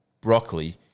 broccoli